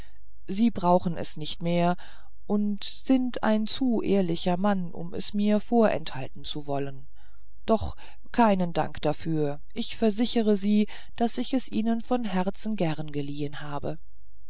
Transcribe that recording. sie brauchen es nicht mehr und sind ein zu ehrlicher mann um es mir vorenthalten zu wollen doch keinen dank dafür ich versichere sie daß ich es ihnen von herzen gern geliehen habe